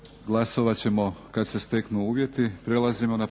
Glasovat ćemo kad se steknu uvjeti.